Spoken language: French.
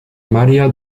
maria